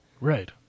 Right